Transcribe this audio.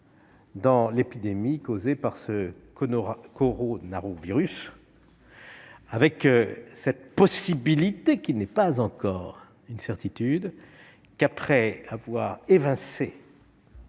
de l'épidémie causée par ce coronavirus. Il existe une possibilité, qui n'est pas encore une certitude, pour que, après avoir évincé